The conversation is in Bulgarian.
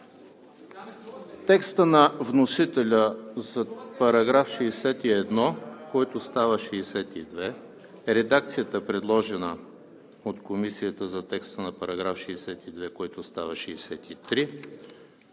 текста на вносителя за § 61, който става § 62; редакцията, предложена от Комисията за текста на § 62, който става §